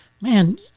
Man